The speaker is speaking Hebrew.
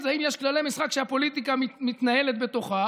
זה האם יש כללי משחק שהפוליטיקה מתנהלת בתוכם,